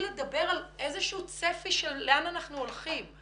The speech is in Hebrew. לדבר על איזשהו צפי ואומר לאן אנחנו הולכים,